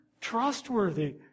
trustworthy